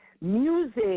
Music